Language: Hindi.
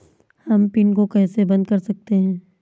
हम पिन को कैसे बंद कर सकते हैं?